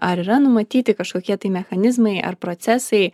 ar yra numatyti kažkokie tai mechanizmai ar procesai